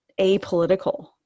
apolitical